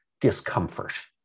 discomfort